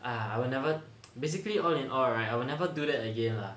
ah I will never basically all in all right I will never do that again lah